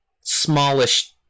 smallish